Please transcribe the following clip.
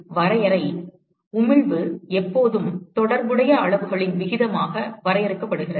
எனவே வரையறை உமிழ்வு எப்போதும் தொடர்புடைய அளவுகளின் விகிதமாக வரையறுக்கப்படுகிறது